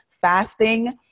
fasting